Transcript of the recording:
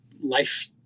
life